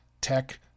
tech